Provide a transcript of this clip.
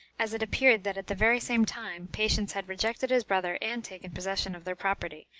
as it appeared that at the very same time patience had rejected his brother, and taken possession of their property,